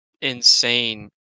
insane